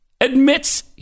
admits